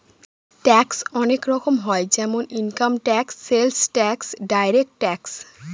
tax অনেক রকম হয় যেমন income tax, sales tax, direct tax